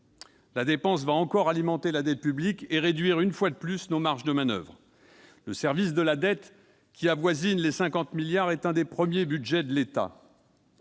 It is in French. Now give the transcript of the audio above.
La dépense va encore alimenter la dette publique et réduire, une fois de plus, nos marges de manoeuvre. Le service de la dette, qui avoisine 50 milliards d'euros, est l'un des premiers postes du budget de l'État.